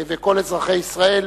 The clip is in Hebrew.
וכל אזרחי ישראל